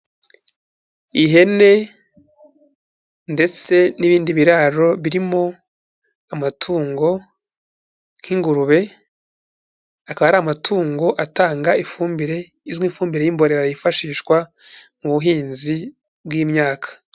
Ihene ndetse n'ibindi biraro birimo amatungo nk'ingurube, akaba ari amatungo atanga ifumbire izwi nk'ifumbire y'imbonera yifashishwa mu buhinzi bw'imyaka.